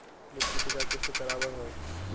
मिट्टी के जांच कैसे करावय है?